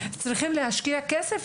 להשקיע כסף,